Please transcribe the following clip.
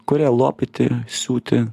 kurią lopyti siūti